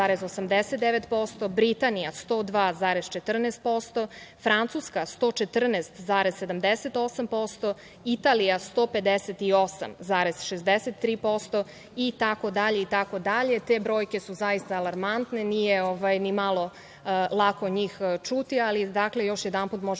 Britanija 102,14%, Francuska 114,78%, Italija 158,63% itd, itd. Te brojke su zaista alarmantne, nije ni malo lako njih čuti, ali, još jedanput, možemo